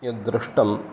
यद् दृष्टम्